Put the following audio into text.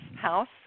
house